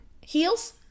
Heels